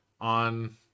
on